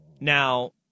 Now